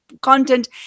content